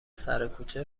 سرکوچه